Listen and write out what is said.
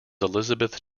elizabeth